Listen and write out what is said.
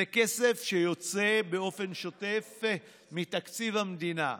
זה כסף שיוצא באופן שוטף מתקציב המדינה.